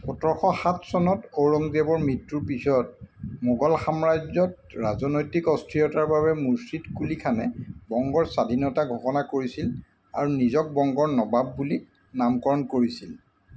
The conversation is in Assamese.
সোতৰশ সাত চনত ঔৰংগজেৱৰ মৃত্যুৰ পিছত মোগল সাম্ৰাজ্যত ৰাজনৈতিক অস্থিৰতাৰ বাবে মুৰ্ছিদ কুলি খানে বংগৰ স্বাধীনতা ঘোষণা কৰিছিল আৰু নিজক বংগৰ নবাব বুলি নামকৰণ কৰিছিল